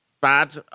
bad